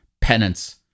penance